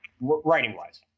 writing-wise